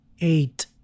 eight